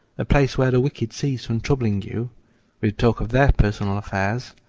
a place where the wicked cease from troubling you with talk of their personal affairs,